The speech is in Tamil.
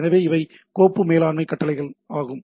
எனவே இவை கோப்பு மேலாண்மை கட்டளைகள் ஆகும்